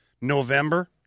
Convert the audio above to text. November